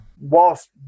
Whilst